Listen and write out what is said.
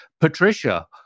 Patricia